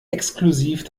exklusiv